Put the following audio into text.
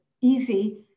easy